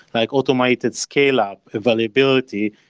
like automated scale-up, availability,